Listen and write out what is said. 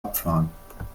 abfahren